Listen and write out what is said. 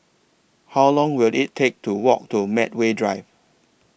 How Long Will IT Take to Walk to Medway Drive